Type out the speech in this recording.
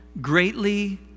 greatly